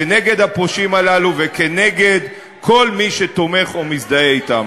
כנגד הפושעים הללו וכנגד כל מי שתומך בהם או מזדהה אתם.